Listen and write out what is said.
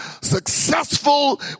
successful